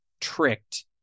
tricked